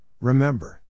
remember